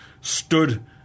stood